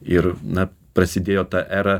ir na prasidėjo ta era